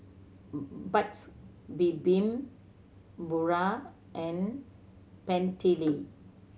Paik's Bibim Pura and Bentley